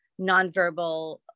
nonverbal